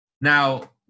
Now